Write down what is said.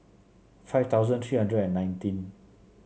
five thousand three hundred and nineteen